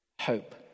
hope